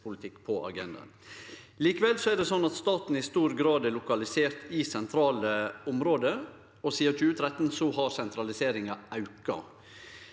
Likevel er det slik at staten i stor grad er lokalisert i sentrale område, og sidan 2013 har sentraliseringa auka.